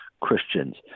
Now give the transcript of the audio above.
Christians